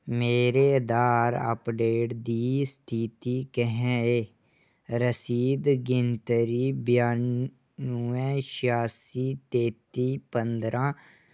मेरे अधार अपडेट दी स्थिति कैंह् ऐ रसीद गिनतरी बयानुए छेआसी तेती पंदरां